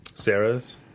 Sarah's